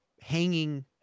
hanging